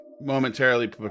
momentarily